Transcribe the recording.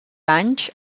anys